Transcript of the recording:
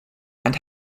and